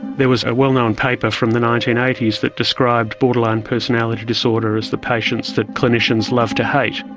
there was a well-known paper from the nineteen eighty s that described borderline personality disorder as the patients that clinicians love to hate.